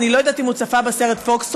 אני לא יודעת אם הוא צפה בסרט "פוקסטרוט".